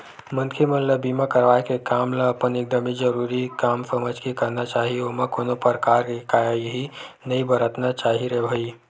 मनखे मन ल बीमा करवाय के काम ल अपन एकदमे जरुरी काम समझ के करना चाही ओमा कोनो परकार के काइही नइ बरतना चाही रे भई